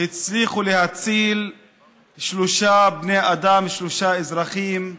הצליחו להציל שלושה בני אדם, שלושה אזרחים.